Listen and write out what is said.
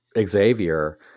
Xavier